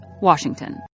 Washington